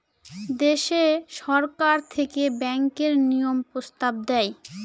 দেশে সরকার থেকে ব্যাঙ্কের নিয়ম প্রস্তাব দেয়